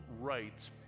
rights